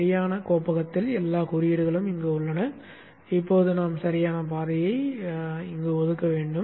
சரியான கோப்பகத்தில் எல்லா குறியீடுகளும் உள்ளன இப்போது நாம் சரியான பாதையை ஒதுக்க வேண்டும்